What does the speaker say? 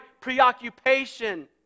preoccupation